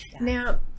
Now